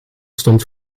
stond